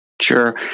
Sure